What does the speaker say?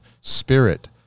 spirit